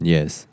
Yes